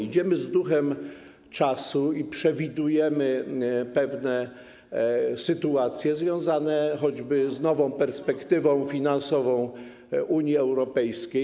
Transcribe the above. Idziemy z duchem czasu i przewidujemy pewne sytuacje związane choćby z nową perspektywą finansową Unii Europejskiej.